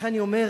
ולכן אני אומר,